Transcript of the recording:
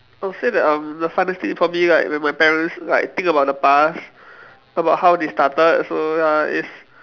I'll say that um the funniest thing for me like when my parents like think about the past about how they started so ya it's